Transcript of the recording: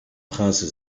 prince